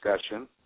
discussion